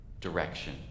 direction